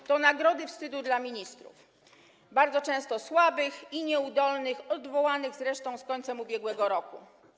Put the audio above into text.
Są to nagrody wstydu dla ministrów, często bardzo słabych i nieudolnych, odwołanych zresztą z końcem ubiegłego roku.